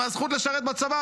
מהזכות לשרת בצבא.